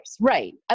Right